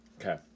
Okay